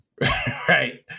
right